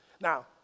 Now